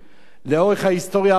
לאורך ההיסטוריה המודרנית,